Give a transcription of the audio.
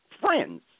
friends